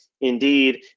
indeed